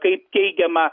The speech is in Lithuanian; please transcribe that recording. kaip teigiama